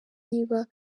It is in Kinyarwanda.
niba